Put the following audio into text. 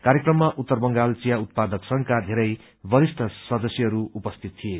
कार्यक्रममा उत्तर बंगाल चिया उत्पादक संघका धेरै वरिष्ठ सदस्यहरू उपस्थित थिए